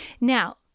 Now